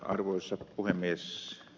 arvoisa puhemies